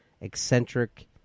eccentric